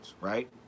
right